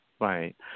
Right